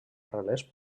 relés